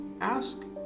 ask